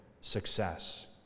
success